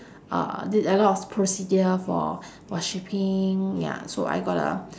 uh t~ a lots of procedure for for shipping ya so I gotta